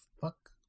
fuck